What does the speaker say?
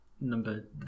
number